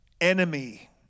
enemy